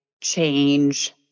change